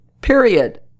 period